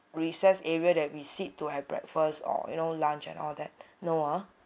recess area that we sit to have breakfast or you know lunch and all that no ah